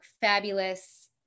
fabulous